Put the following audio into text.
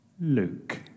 Luke